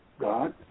God